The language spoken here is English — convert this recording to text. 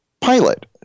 pilot